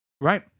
right